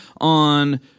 on –